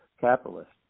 capitalist